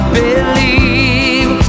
believe